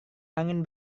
angin